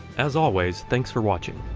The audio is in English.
as always, thanks for watching.